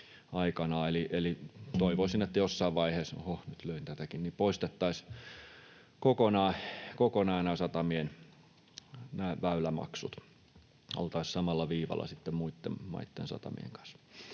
toivoisin, että jossain vaiheessa poistettaisiin kokonaan nämä satamien väylämaksut. Oltaisiin samalla viivalla sitten muitten maitten satamien kanssa.